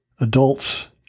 Adults